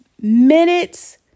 minutes